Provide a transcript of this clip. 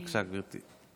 בבקשה, גברתי.